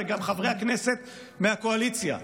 גם חברי הכנסת מהקואליציה,